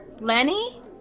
Lenny